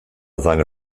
seine